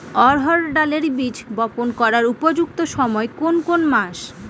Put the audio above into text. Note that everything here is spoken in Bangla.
অড়হড় ডালের বীজ বপন করার উপযুক্ত সময় কোন কোন মাস?